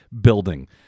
building